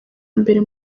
mbere